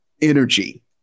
energy